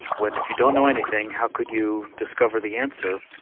when if you don't know anything how could you discover the answer,